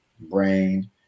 brain